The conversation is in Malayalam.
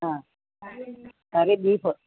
ആ കറി ബീഫ്